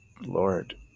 Lord